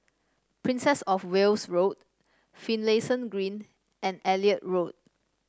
Princess Of Wales Road Finlayson Green and Elliot Road